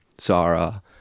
Zara